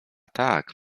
tak